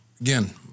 again